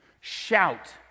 shout